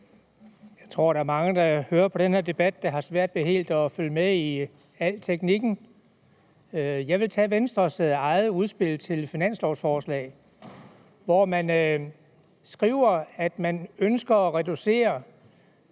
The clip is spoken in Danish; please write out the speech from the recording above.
Jeg tror, mange af dem, der hører på den her debat, har svært ved helt at følge med i al teknikken. Jeg vil tage Venstres eget udspil til finanslovforslag, hvor man skriver, at man ønsker at reducere